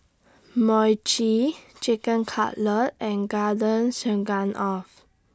Mochi Chicken Cutlet and Garden Stroganoff